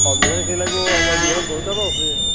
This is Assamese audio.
অঁ বিধানখিনি লাগিব আমাৰ বিধান দৰকাৰও আছে